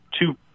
two